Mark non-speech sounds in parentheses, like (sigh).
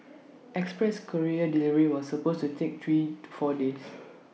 (noise) express courier delivery was supposed to take three to four days